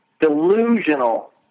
delusional